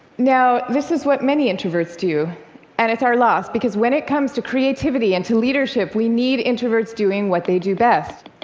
now, this is what many introverts do, and it's our loss because when it comes to creativity and leadership, we need introverts doing what they do best